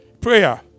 Prayer